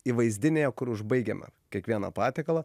įvaizdinėje kur užbaigiame kiekvieną patiekalą